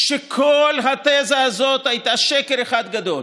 שכל התזה הזאת הייתה שקר אחד גדול.